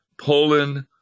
Poland